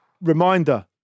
Reminder